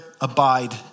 abide